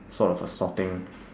sort of a sorting